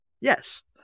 yes